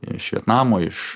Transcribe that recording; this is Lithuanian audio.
iš vietnamo iš